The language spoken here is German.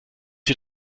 ihr